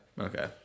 Okay